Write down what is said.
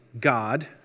God